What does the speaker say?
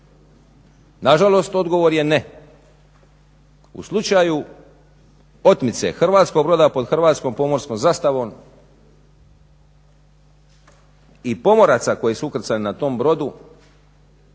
Nažalost, odgovor je ne. U slučaju otmice hrvatskog broda pod hrvatskom pomorskom zastavom i pomoraca koji su ukrcani na tom brodu,